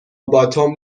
باتوم